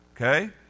Okay